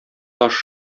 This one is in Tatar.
таш